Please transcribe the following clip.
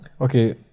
Okay